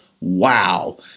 wow